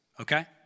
okay